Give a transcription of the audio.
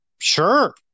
Sure